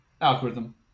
Algorithm